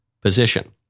position